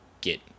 get